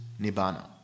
Nibbana